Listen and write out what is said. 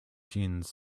jeans